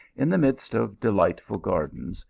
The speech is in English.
in the midst of delightful gardens,